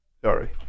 Sorry